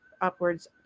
upwards